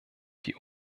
die